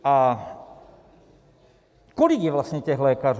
A kolik je vlastně těch lékařů?